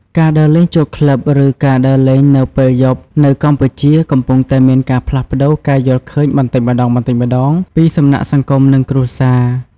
ការដើរលេងចូលក្លឹប ឬការដើរលេងនៅពេលយប់នៅកម្ពុជា កំពុងតែមានការផ្លាស់ប្តូរការយល់ឃើញបន្តិចម្តងៗ ពីសំណាក់សង្គម និងគ្រួសារ។